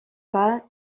pas